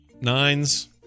nines